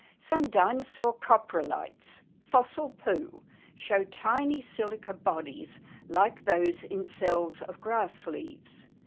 some dinosaur coprolites fossil poo show tiny silica bodies like those in cells of grass leaves.